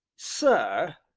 sir,